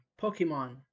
Pokemon